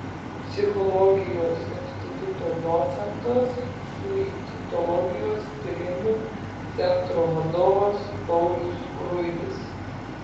psichologijos instituto docentas suicidologijos tyrimų centro vadovas paulius skruibis